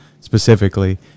specifically